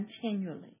continually